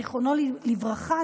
זיכרונו לברכה,